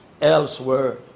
elsewhere